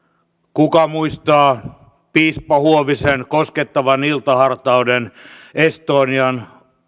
kuka muistaa piispa huovisen koskettavan iltahartauden estonian